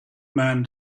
man